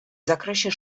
zakresie